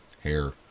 hair